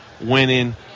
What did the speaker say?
winning